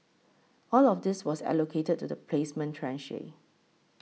all of this was allocated to the placement tranche